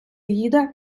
їде